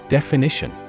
Definition